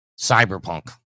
cyberpunk